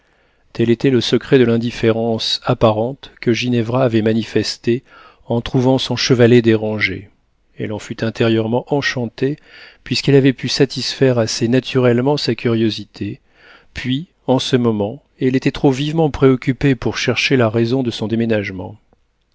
tel était le secret de l'indifférence apparente que ginevra avait manifestée en trouvant son chevet dérangé elle en fut intérieurement enchantée puisqu'elle avait pu satisfaire assez naturellement sa curiosité puis en ce moment elle était trop vivement préoccupée pour chercher la raison de son déménagement